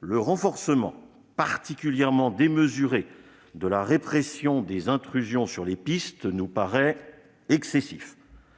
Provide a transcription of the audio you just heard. le renforcement particulièrement démesuré de la répression des intrusions sur les pistes nous paraît excessif.